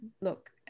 look